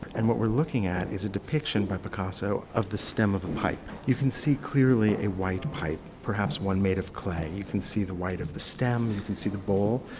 and what we're looking at is a depiction by picasso of the stem of a pipe. you can see clearly a white pipe, perhaps one made of clay. you can see the white of the stem, you can see the bowl.